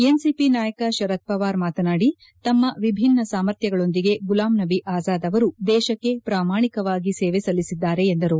NCP ನಾಯಕ ಶರದ್ ಪವಾರ್ ಮಾತನಾದಿ ತಮ್ಮ ವಿಭಿನ್ನ ಸಾಮರ್ಥ್ಯಗಳೊಂದಿಗೆ ಗುಲಾಂ ನಬಿ ಆಜಾದ್ ಅವರು ದೇಶಕ್ಕೆ ಪ್ರಾಮಾಣಿಕವಾಗಿ ಸೇವೆ ಸಲ್ಲಿಸಿದ್ದಾರೆ ಎಂದರು